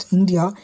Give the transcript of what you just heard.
India